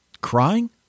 crying